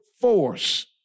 force